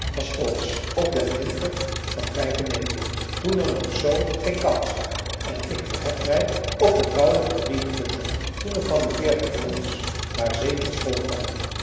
was trotsch op den winter van vijfennegentig toen er nog zoo geen kachels waren en ik verhef mij op de koude van drieëntwintig toen er van de veertig jongens maar zeven school kwamen